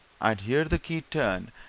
i'd hear the key turned,